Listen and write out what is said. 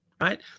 right